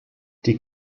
die